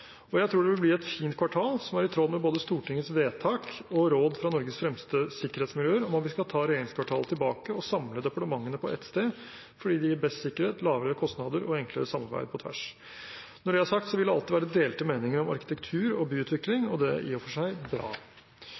Jeg tror det vil bli et fint kvartal som er i tråd med både Stortingets vedtak og råd fra Norges fremste sikkerhetsmiljøer om at vi skal ta regjeringskvartalet tilbake og samle departementene på ett sted, fordi det gir best sikkerhet, lavere kostnader og enklere samarbeid på tvers. Når det er sagt, vil det alltid være delte meninger om arkitektur og byutvikling, og det er i og for seg bra.